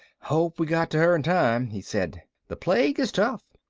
hope we got to her in time, he said. the plague is tough.